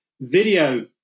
video